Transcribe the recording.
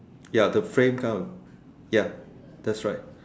ya the frame kind of ya that's right